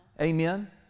amen